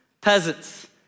Peasants